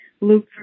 Luke